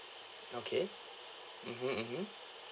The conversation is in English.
okay mmhmm mmhmm